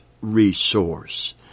resource